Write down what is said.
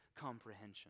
comprehension